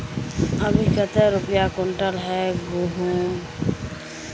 अभी कते रुपया कुंटल है गहुम?